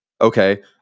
Okay